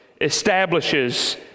establishes